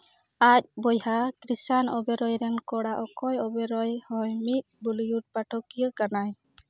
ᱟᱡ ᱵᱚᱭᱦᱟ ᱠᱨᱤᱥᱟᱱ ᱳᱵᱮᱨᱚᱭ ᱨᱮᱱ ᱠᱚᱲᱟ ᱚᱠᱠᱷᱚᱭ ᱳᱵᱮᱨᱚᱭ ᱦᱚᱸ ᱢᱤᱫ ᱵᱚᱞᱤᱣᱩᱰ ᱯᱟᱴᱷᱚᱠᱤᱭᱟᱹ ᱠᱟᱱᱟᱭ